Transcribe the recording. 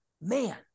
Man